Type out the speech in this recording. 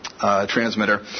transmitter